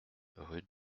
rue